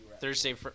Thursday